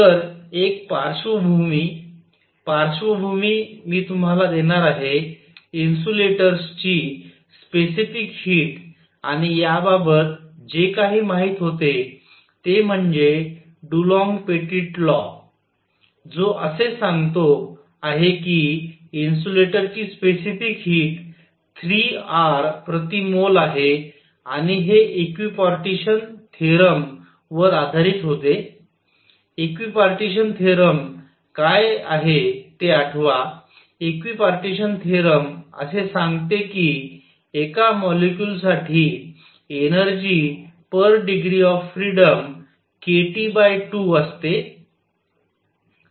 तर एक पार्श्वभूमी पार्श्वभूमी मी तुम्हाला देणार आहे इन्सुलेटर्सची स्पेसिफिक हीट आणि याबाबत जे काही माहित होते ते म्हणजे डूलॉन्ग पेटिट लॉ जो असे सांगतो आहे की इन्सुलेटरची स्पेसिफिक हीट 3 R प्रति मोल आहे आणि हे इक्विपार्टीशन थेरॉम वर आधारित होते इक्विपार्टीशन थेरॉम काय आहे ते आठवा इक्विपार्टीशन थेरॉम असे सांगते कि एका मोलेक्युल साठी energy per degree of freedom kT2 असते